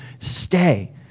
Stay